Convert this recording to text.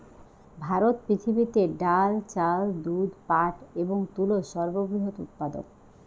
ভারত পৃথিবীতে ডাল, চাল, দুধ, পাট এবং তুলোর সর্ববৃহৎ উৎপাদক